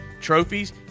trophies